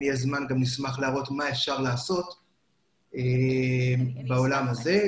יהיה זמן גם נשמח להראות מה אפשר לעשות בעולם הזה.